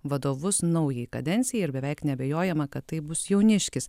vadovus naujai kadencijai ir beveik neabejojama kad tai bus jauniškis